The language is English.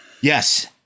Yes